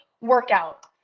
workout